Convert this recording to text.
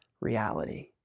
reality